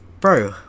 bro